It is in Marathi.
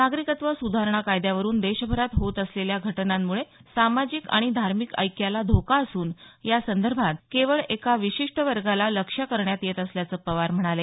नागरिकत्व सुधारणा कायद्यावरुन देशभरात होत असलेल्या घटनांमुळे सामाजिक आणि धार्मिक ऐक्याला धोका असून या संदर्भात केवळ एका विशिष्ट वर्गाला लक्ष्य करण्यात येत असल्याचं पवार म्हणाले